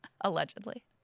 Allegedly